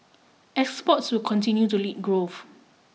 exports will continue to lead growth